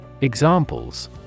Examples